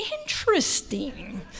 interesting